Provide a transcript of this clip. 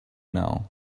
now